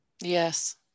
Yes